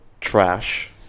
trash